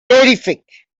terrific